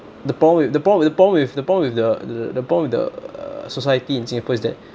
the problem with the pro~ the problem with the problem with the th~ the problem with the uh society in singapore is that